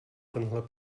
tenhle